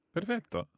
Perfetto